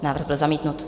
Návrh byl zamítnut.